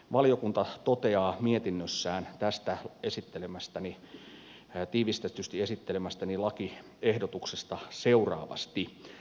valiokunta toteaa mietinnössään tästä tiivistetysti esittelemästäni lakiehdotuksesta seuraavasti